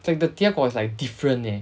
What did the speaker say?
it's like the 结果 is like different eh